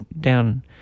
down